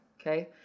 Okay